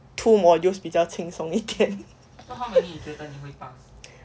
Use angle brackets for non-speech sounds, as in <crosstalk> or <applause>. two modules 比较轻松一天 <laughs>